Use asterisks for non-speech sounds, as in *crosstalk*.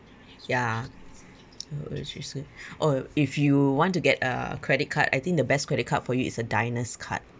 ya *noise* *breath* or if you want to get a credit card I think the best credit card for you is a diners card